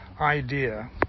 idea